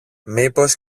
μήπως